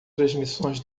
transmissões